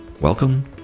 Welcome